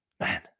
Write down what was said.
man